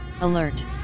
alert